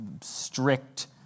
strict